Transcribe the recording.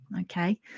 Okay